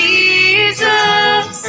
Jesus